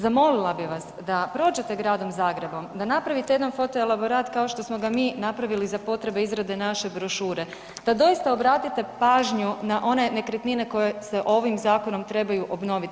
Zamolila bi vas da prođete Gradom Zagrebom da napravite jedan foto elaborat kao što smo ga mi napravili za potrebe izrade naše brošure, da doista obratite pažnju na one nekretnine koje se ovim zakonom trebaju obnoviti.